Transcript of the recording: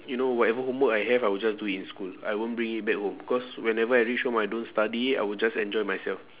you know whatever homework I have I will just do it in school I won't bring it back home because whenever I reach home I don't study I will just enjoy myself